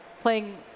playing